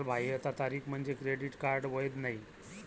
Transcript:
कालबाह्यता तारीख म्हणजे क्रेडिट कार्ड वैध नाही